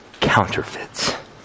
counterfeits